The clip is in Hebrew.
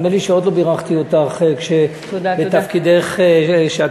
נדמה לי שעוד לא בירכתי אותך בתפקידך כשאת